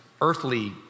earthly